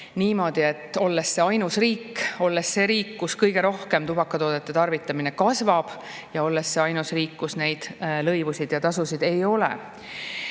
niimoodi, et oleme see riik, kus kõige rohkem tubakatoodete tarvitamine kasvab, ja oleme ainus riik, kus neid lõivusid ja tasusid ei ole.